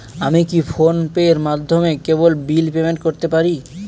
আমি কি ফোন পের মাধ্যমে কেবল বিল পেমেন্ট করতে পারি?